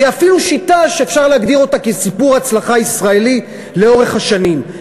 והיא אפילו שיטה שאפשר להגדיר אותה כסיפור הצלחה ישראלי לאורך השנים.